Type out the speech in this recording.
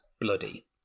bloody